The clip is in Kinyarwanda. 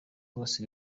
bose